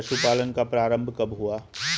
पशुपालन का प्रारंभ कब हुआ?